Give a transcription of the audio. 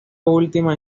última